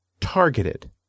Targeted